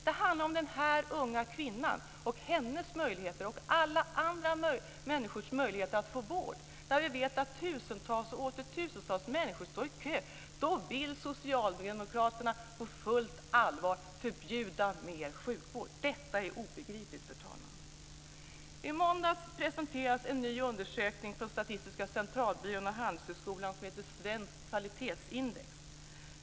Det handlar om den unga kvinnan och hennes möjligheter liksom om alla andra människors möjligheter att få vård. Vi vet att tusentals och åter tusentals människor står i kö men Socialdemokraterna vill på fullt allvar förbjuda mer sjukvård. Detta är obegripligt, fru talman! I måndags presenterades en ny undersökning från Svenskt kvalitetsindex.